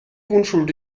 unschuld